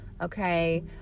Okay